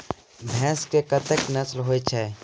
भैंस केँ कतेक नस्ल होइ छै?